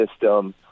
system